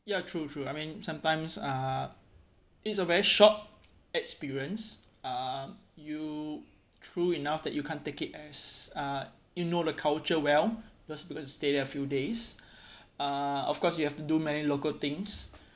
ya true true I mean sometimes uh it's a very short experience uh you true enough that you can't take it as uh you know the culture well just because you stay there few days uh of course you have to do many local things